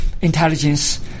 intelligence